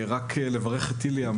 רק לברך את איליה,